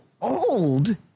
old